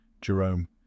Jerome